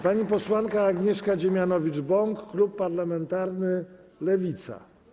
Pani posłanka Agnieszka Dziemianowicz-Bąk, klub parlamentarny Lewica.